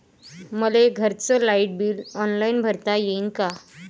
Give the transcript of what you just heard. मले घरचं light bill online भरता येईन का?